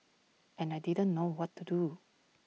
and I didn't know what to do